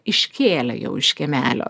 iškėlė jau iš kiemelio